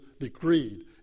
decreed